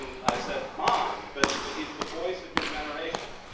and i said, mom, but but, he's the voice of your generation.